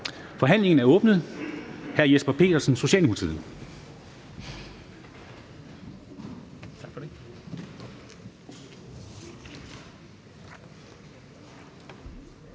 Forhandlingen er åbnet. Hr. Jesper Petersen, Socialdemokratiet.